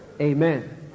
Amen